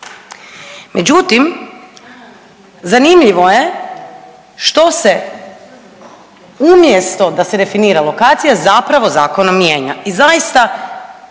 Međutim, zanimljivo je što se umjesto da se definira lokacija, zapravo zakonom mijenja